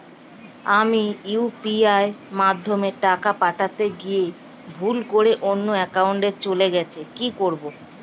আমি ইউ.পি.আই মাধ্যমে টাকা পাঠাতে গিয়ে ভুল করে অন্য একাউন্টে চলে গেছে কি করব?